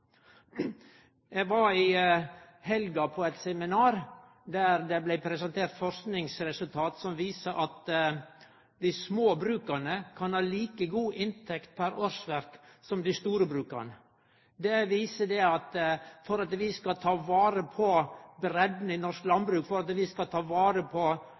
Eg var i helga på eit seminar der ein presenterte forskingsresultat som viste at dei små bruka kan ha like gode inntekter pr. årsverk som dei store bruka. Det viser at vi for å ta vare på breidda i norsk landbruk, for å ta vare på